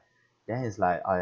then it's like I